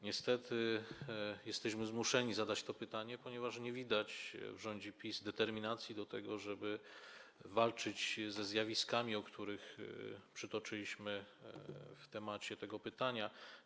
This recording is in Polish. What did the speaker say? Niestety, jesteśmy zmuszeni zadać to pytanie, ponieważ nie widać w rządzie PiS determinacji do tego, żeby walczyć ze zjawiskami, które przytoczyliśmy, przedstawiając temat tego pytania.